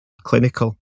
Clinical